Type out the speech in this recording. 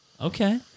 Okay